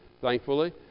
thankfully